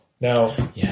Now